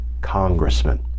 congressman